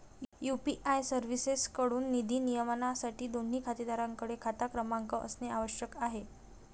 UPI सर्व्हिसेसएकडून निधी नियमनासाठी, दोन्ही खातेधारकांकडे खाता क्रमांक असणे आवश्यक आहे